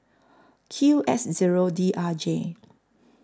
Q X Zero D R J